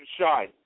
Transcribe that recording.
Shine